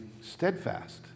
steadfast